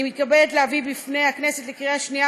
אני מתכבדת להביא בפני הכנסת לקריאה שנייה